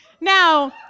Now